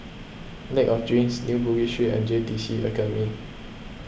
Lake of Dreams New Bugis Street and J T C Academy